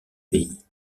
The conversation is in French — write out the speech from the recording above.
pays